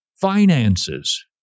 finances